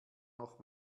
noch